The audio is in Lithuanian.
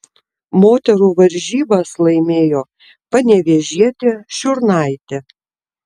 moterų varžybas laimėjo panevėžietė šiurnaitė